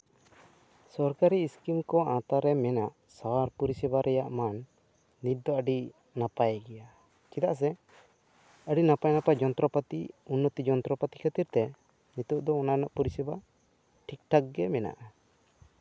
ᱥᱚᱨᱠᱟᱨᱤ ᱥᱠᱤᱢ ᱠᱚ ᱟᱶᱛᱟ ᱨᱮ ᱢᱮᱱᱟᱜ ᱥᱟᱶᱟᱨ ᱯᱚᱨᱤᱥᱮᱵᱟ ᱨᱮᱭᱟᱜ ᱢᱟᱱ ᱱᱤᱛ ᱫᱚ ᱟᱹᱰᱤ ᱱᱟᱯᱟᱭ ᱜᱮᱭᱟ ᱪᱮᱫᱟᱜ ᱥᱮ ᱟᱹᱰᱤ ᱱᱟᱯᱟᱭᱼᱱᱟᱯᱟᱭ ᱡᱚᱱᱛᱨᱚᱯᱟᱛᱤ ᱩᱱᱱᱚᱛᱤ ᱡᱚᱱᱛᱨᱚᱯᱟᱛᱤ ᱠᱷᱟᱹᱛᱤᱨ ᱛᱮ ᱱᱤᱛᱳᱜ ᱫᱚ ᱚᱱᱟ ᱨᱮᱭᱟᱜ ᱯᱚᱨᱤᱥᱮᱵᱟ ᱴᱷᱤᱠᱼᱴᱷᱟᱠ ᱜᱮ ᱢᱮᱱᱟᱜᱼᱟ